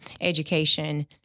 education